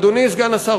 אדוני סגן השר,